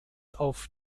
auf